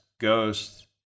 ghosts